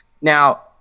now